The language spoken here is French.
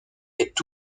est